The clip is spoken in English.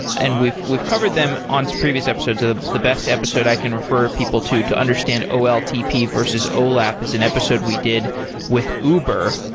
and we've we've covered them on previous episodes. the the best episode i can refer to to understand oltp versus olap is an episode we did with uber,